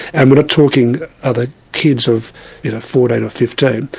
and we're not talking other kids of fourteen or fifteen,